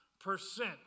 percent